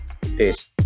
Peace